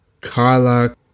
Kyla